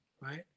right